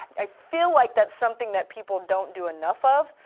i feel like that's something that people don't do enough of,